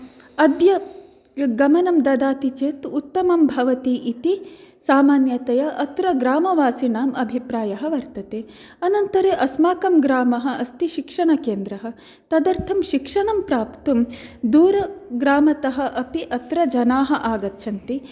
अद्य गमनं ददाति चेत् उत्तमम् भवति इति सामान्यतया अत्र ग्रामवासिनां अभिप्रायः वर्तते अनन्तरम् अस्माकं ग्रामः अस्ति शिक्षणकेन्द्रः तदर्थं शिक्षणं प्राप्तुं दूरग्रामतः अपि अत्र जनाः आगच्छन्ति